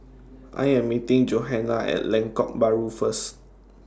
I Am meeting Johana At Lengkok Bahru First